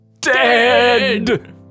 dead